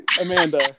Amanda